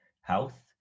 health